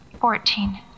Fourteen